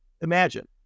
imagine